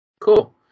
Cool